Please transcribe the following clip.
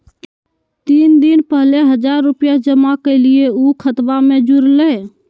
तीन दिन पहले हजार रूपा जमा कैलिये, ऊ खतबा में जुरले?